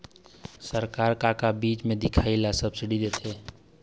सरकार का का चीज म दिखाही ला सब्सिडी देथे?